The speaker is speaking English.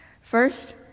First